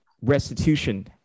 restitution